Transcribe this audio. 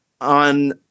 on